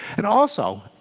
and also,